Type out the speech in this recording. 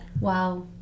Wow